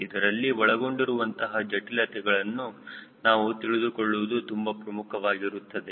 ಇದರಲ್ಲಿ ಒಳಗೊಂಡಿರುವಂತಹ ಜಟಿಲತೆಗಳನ್ನು ನಾವು ತಿಳಿದುಕೊಳ್ಳುವುದು ತುಂಬಾ ಪ್ರಮುಖವಾಗಿರುತ್ತದೆ